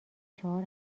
چهار